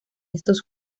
estos